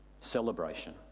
celebration